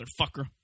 motherfucker